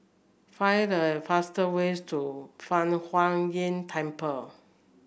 find the fast way to Fang Huo Yuan Temple